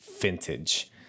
Vintage